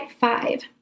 five